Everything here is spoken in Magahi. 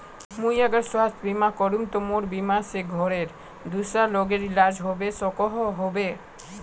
मुई अगर स्वास्थ्य बीमा करूम ते मोर बीमा से घोरेर दूसरा लोगेर इलाज होबे सकोहो होबे?